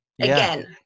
again